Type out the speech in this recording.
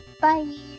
Bye